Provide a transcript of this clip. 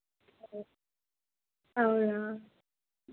అవునా